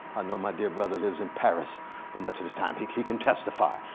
i know my dear brother lives in paris much of the time. he can testify.